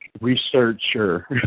researcher